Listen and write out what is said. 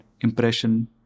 impression